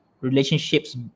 relationships